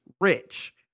rich